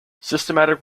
systematic